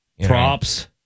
Props